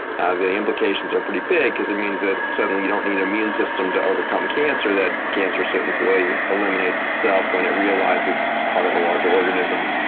ah the implications are pretty big because it means that suddenly, you don't need immune system to overcome cancer. that cancer simply eliminates itself when it realizes it's part of a larger organism.